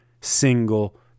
single